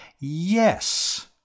Yes